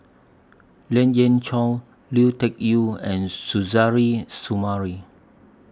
Lien Ying Chow Lui Tuck Yew and Suzairhe Sumari